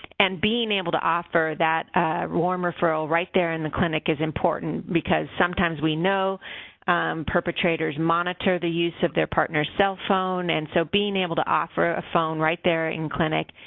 and being able to offer that warm referral, right there in the clinic, is important because sometimes we know perpetrators monitor the use of their partner's cell phone. and so, being able to offer a phone, right there in clinic,